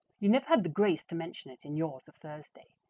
you never had the grace to mention it in yours of thursday,